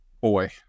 boy